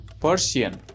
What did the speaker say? Persian